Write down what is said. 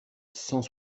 cent